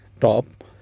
top